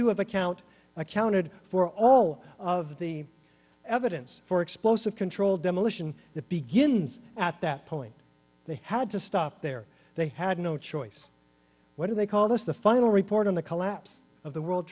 have account accounted for all of the evidence for explosive controlled demolition that begins at that point they had to stop there they had no choice what do they call this the final report on the collapse of the world